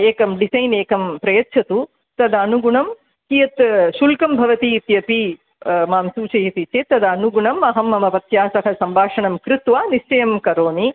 एकं डिसै़न् एकं प्रयच्छतु तदनुगुणं कियत् शुल्कं भवति इत्यपि मां सूचयति चेत् तद् अनुगुणम् अहं मम पत्या सह सम्भाषणं कृत्वा निश्चयं करोमि